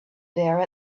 there